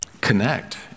connect